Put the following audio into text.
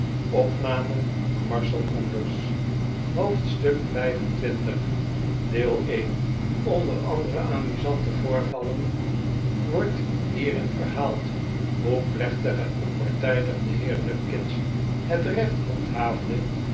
hoofdstuk xxv onder andere amusante voorvallen wordt hierin verhaald hoe plechtig en onpartijdig de heer nupkins het recht handhaafde